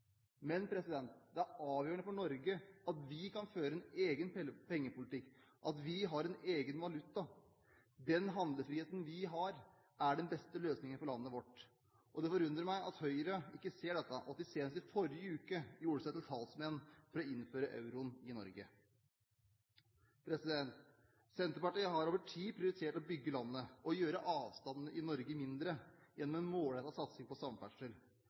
Men det er avgjørende for at Norge kan føre en egen pengepolitikk at vi har en egen valuta. Den handlefriheten vi har, er den beste løsningen for landet vårt. Det forundrer meg at Høyre ikke ser dette, og at de senest i forrige uke gjorde seg til talsmenn for å innføre euroen i Norge. Senterpartiet har over tid prioritert å bygge landet og å gjøre avstandene i Norge mindre gjennom en målrettet satsing på samferdsel.